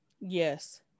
Yes